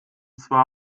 zwar